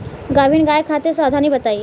गाभिन गाय खातिर सावधानी बताई?